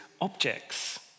objects